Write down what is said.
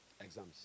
exams